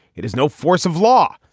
it has no force of law.